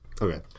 Okay